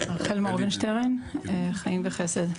רחל מורגנשטרן, עמותת 'חיים וחסד'.